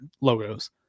logos